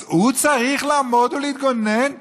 אז הוא צריך לעמוד ולהתגונן כנאשם?